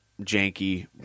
janky